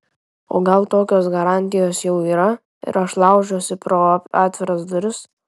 o gal tokios garantijos jau yra ir aš laužiuosi pro atviras duris